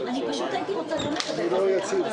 רוצה להגיד לאנשי כביש חוצה ישראל ומשרד התחבורה,